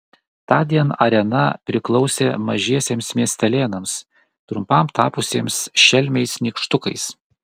tądien arena priklausė mažiesiems miestelėnams trumpam tapusiems šelmiais nykštukais